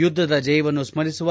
ಯುದ್ದದ ಜಯವನ್ನು ಸ್ಲರಿಸುವ